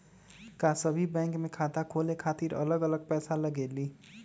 का सभी बैंक में खाता खोले खातीर अलग अलग पैसा लगेलि?